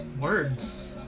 words